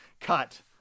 cut